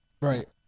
Right